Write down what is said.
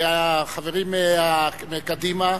החברים מקדימה,